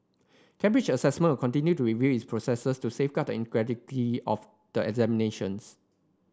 Cambridge Assessment continue to review its processes to safeguard integrity of the examinations